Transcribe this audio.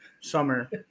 summer